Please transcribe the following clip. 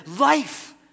life